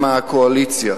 שהם מהקואליציה.